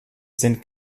sind